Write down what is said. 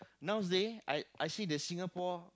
nowadays I I see the Singapore